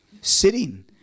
sitting